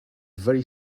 very